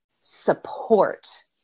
support